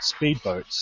speedboats